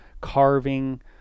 carving